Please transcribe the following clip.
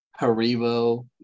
Haribo